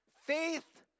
Faith